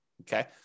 Okay